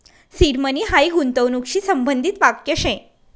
seed money हायी गूंतवणूकशी संबंधित वाक्य शे